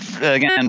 again